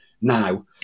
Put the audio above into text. now